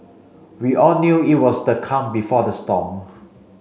we all knew it was the calm before the storm